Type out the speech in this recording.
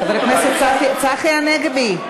חבר הכנסת צחי הנגבי,